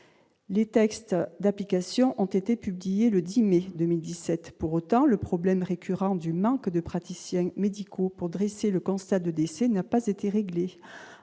les textes d'application ont été publiés le 10 mai 2017 pour autant le problème récurrent du manque de praticiens médicaux pour dresser le constat de décès n'a pas été réglés